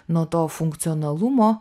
nuo to funkcionalumo